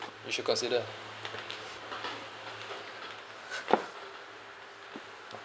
you should consider